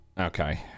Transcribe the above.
Okay